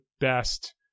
best